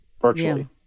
virtually